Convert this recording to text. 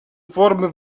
forme